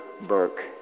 Burke